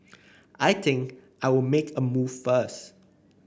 I think I'll make a move first